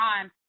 time